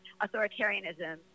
authoritarianism